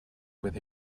with